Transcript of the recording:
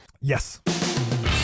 yes